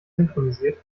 synchronisiert